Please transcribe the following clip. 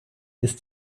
ist